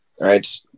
right